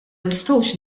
nistgħux